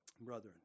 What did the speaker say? brethren